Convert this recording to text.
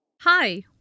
Hi